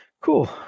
Cool